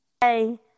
Hey